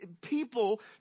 people